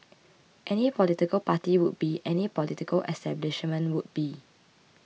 any political party would be any political establishment would be